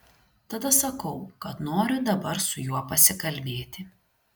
tada sakau kad noriu dabar su juo pasikalbėti